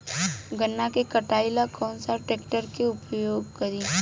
गन्ना के कटाई ला कौन सा ट्रैकटर के उपयोग करी?